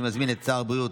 אני מזמין את שר הבריאות,